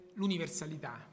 l'universalità